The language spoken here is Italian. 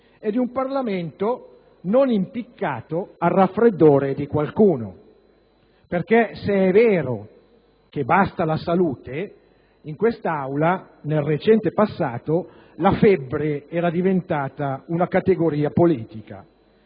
e di un Parlamento non impiccato al raffreddore di qualcuno. Infatti, se è vero che basta la salute, in quest'Aula, nel recente passato, la febbre era diventata una categoria politica.